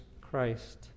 Christ